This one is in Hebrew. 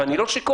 ואני לא שיכור.